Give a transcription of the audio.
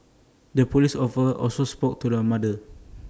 the Police offer also spoke to the mother